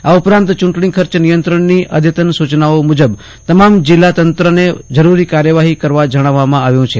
આ ઉપરાંત ચૂંટણી ખર્ચ નિયંત્રણની અઘતન સૂચનાઓ મુજબ તમામ જિલ્લા તંત્રને જરૂરી કાર્યવાહી કરવા જજ્ઞાવવામાં આવ્યું છે